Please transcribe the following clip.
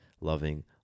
loving